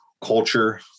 culture